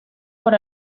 por